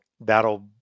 that'll